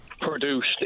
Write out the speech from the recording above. produced